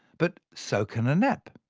but, so can a nap.